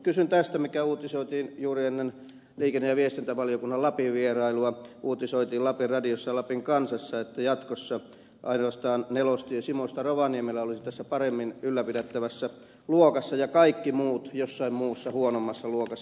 kysyn tästä mikä uutisoitiin juuri ennen liikenne ja viestintävaliokunnan lapin vierailua lapin radiossa ja lapin kansassa että jatkossa ainoastaan nelostie simosta rovaniemelle olisi tässä paremmin ylläpidettävässä luokassa ja kaikki muut jossain muussa huonommassa luokassa